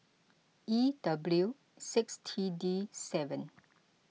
E W six T D seven